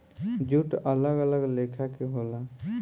jute अलग अलग लेखा के होला